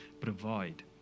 provide